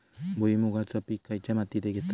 भुईमुगाचा पीक खयच्या मातीत घेतत?